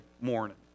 morning